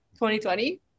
2020